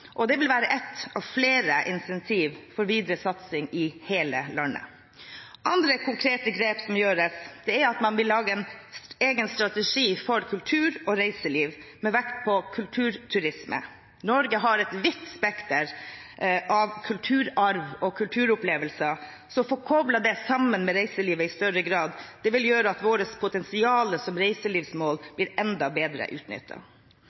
Det vil være ett av flere incentiv for videre satsing i hele landet. Andre konkrete grep som gjøres, er å lage en egen strategi for kultur og reiseliv, med vekt på kulturturisme. Norge har et vidt spekter av kulturarv og kulturopplevelser, så å få koblet det sammen med reiselivet i større grad vil gjøre at vårt potensial som reiselivsmål blir enda bedre utnyttet.